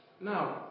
Now